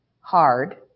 hard